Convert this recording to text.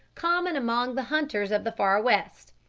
common among the hunters of the far west.